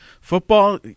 Football